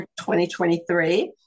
2023